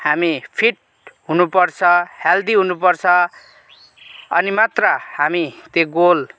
हामी फिट हुनुपर्छ हेल्दी हुनुपर्छ अनि मात्र हामी त्यो गोल